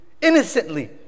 innocently